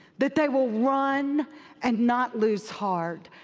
that they will run and not lose heart.